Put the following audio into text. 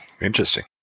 Interesting